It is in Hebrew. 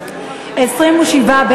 השואה,